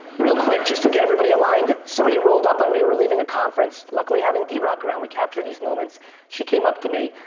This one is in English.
real quick just get everybody aligned, somebody rolled up on me as we're leaving a conference, luckily having drock around we capture these moments she came up to me,